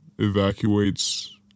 evacuates